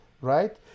right